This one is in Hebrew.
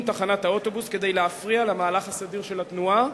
תחנת אוטובוס כדי להפריע למהלך הסדיר של התנועה,